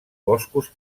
boscos